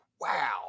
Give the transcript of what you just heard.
wow